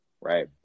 right